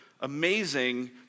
amazing